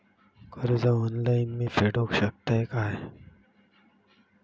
कर्ज ऑनलाइन मी फेडूक शकतय काय?